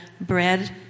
bread